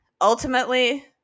ultimately